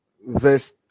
verse